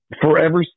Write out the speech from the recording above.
forever